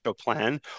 plan